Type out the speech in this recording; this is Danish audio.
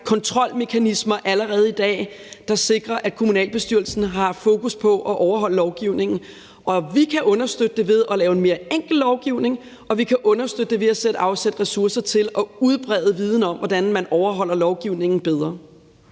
kontrolmekanismer allerede i dag, der sikrer, at kommunalbestyrelsen har fokus på at overholde lovgivningen. Vi kan understøtte det ved at lave en mere enkel lovgivning, og vi kan understøtte det ved at afsætte ressourcer til at udbrede viden om, hvordan man overholder lovgivningen bedre.